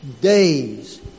days